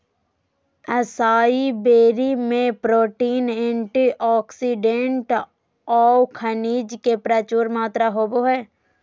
असाई berry में protein, antioxidant औऊ खनिज के प्रचुर मात्रा होबो हइ